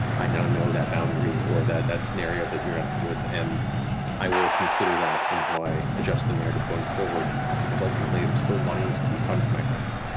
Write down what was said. i now know that boundary or that that scenario that you're unhappy with, and i will consider that in how i adjust the narrative going forward. because ultimately i'm still wanting this to be fun for my friends.